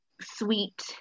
sweet